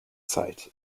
site